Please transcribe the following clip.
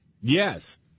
Yes